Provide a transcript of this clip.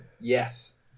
Yes